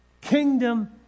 Kingdom